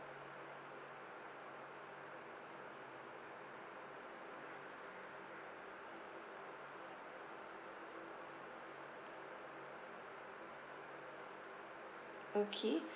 okay